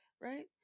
right